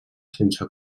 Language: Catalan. sense